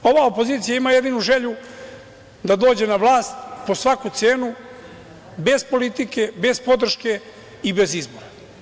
Ova opozicija ima jedinu želju da dođe na vlast po svaku cenu, bez politike, bez podrške i bez izbora.